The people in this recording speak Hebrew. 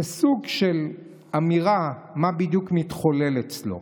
זה סוג של אמירה על מה בדיוק מתחולל אצלו.